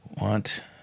want